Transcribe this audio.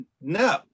no